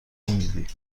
میدی